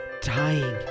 dying